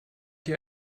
hier